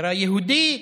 הגירה יהודית,